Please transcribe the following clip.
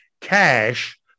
cash